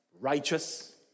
righteous